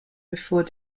before